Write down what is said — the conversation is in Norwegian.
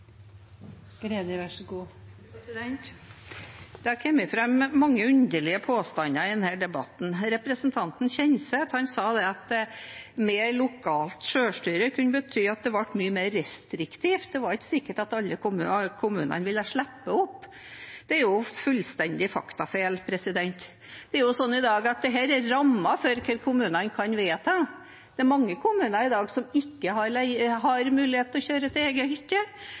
Kjenseth sa at mer lokalt selvstyre kunne bety at det ble mye mer restriktivt, at det ikke var sikkert at alle kommunene ville slippe opp. Det er fullstendig feil fakta. Det er sånn i dag at dette er rammen for hva kommunene kan vedta. Det er mange kommuner i dag som ikke har mulighet til å la folk kjøre til egen hytte,